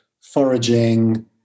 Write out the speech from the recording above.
foraging